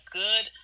good